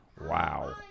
wow